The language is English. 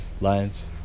Lions